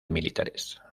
militares